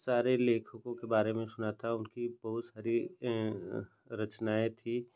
सारें लेखकों के बारे में सुना था उनकी बहुत सारी रचनाएँ हैं